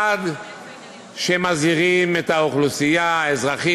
עד שמזהירים את האוכלוסייה האזרחית